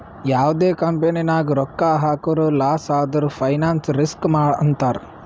ಯಾವ್ದೇ ಕಂಪನಿ ನಾಗ್ ರೊಕ್ಕಾ ಹಾಕುರ್ ಲಾಸ್ ಆದುರ್ ಫೈನಾನ್ಸ್ ರಿಸ್ಕ್ ಅಂತಾರ್